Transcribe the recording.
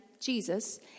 Jesus